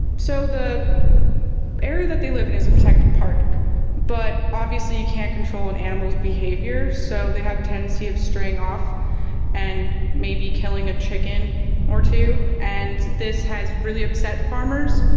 so the area that they live in is a protected park but obviously you can't control an animal's behavior so they have a tendency of straying off and maybe killing a chicken or two and this has really upset farmers.